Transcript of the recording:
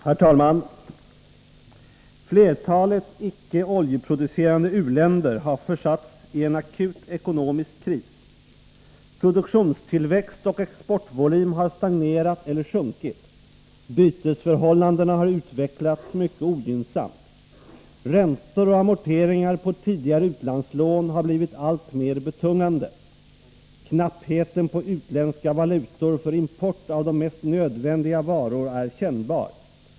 Herr talman! ”Flertalet icke oljeproducerande u-länder har försatts i en akut ekonomisk kris. Produktionstillväxt och exportvolym har stagnerat eller sjunkit. Bytesförhållandena har utvecklats mycket ogynnsamt. Räntor och amorteringar på tidigare utlandslån har blivit alltmer betungande. Knappheten på utländska valutor för import av de mest nödvändiga varor är kännbar.